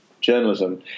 journalism